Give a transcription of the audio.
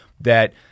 that-